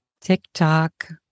TikTok